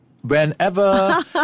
whenever